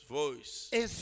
voice